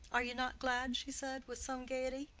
are you not glad? she said, with some gayety,